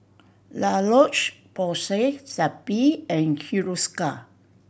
La Roche Porsay Zappy and Hiruscar